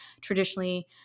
traditionally